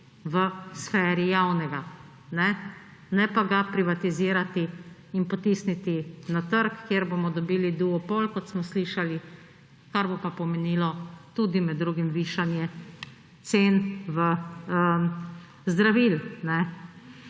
v sferi javnega, ne pa ga privatizirati in potisniti na trg, kjer bomo dobili duopol, kot smo slišali, kar bo pomenilo med drugim tudi višanje cen zdravil.